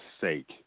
sake